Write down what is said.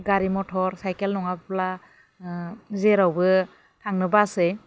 गारि मथर सायखेल नङाब्ला जेरावबो थांनो बासै